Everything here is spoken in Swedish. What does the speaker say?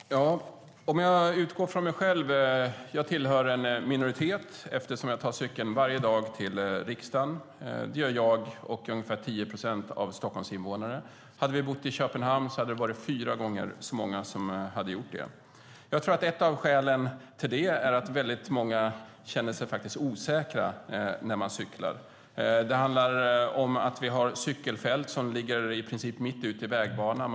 Herr talman! Jag kan utgå från mig själv. Jag tillhör en minoritet eftersom jag tar cykeln varje dag till riksdagen. Det är jag och ungefär 10 procent av Stockholms invånare som tar cykeln varje dag. I Köpenhamn är det fyra gånger så många som gör det. Jag tror att ett av skälen till att det är så i Stockholm är att många känner sig osäkra när de cyklar. Det handlar om att vi har cykelfält som ligger i princip mitt ute i vägbanan.